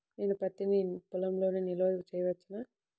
నేను పత్తి నీ పొలంలోనే నిల్వ చేసుకోవచ్చా?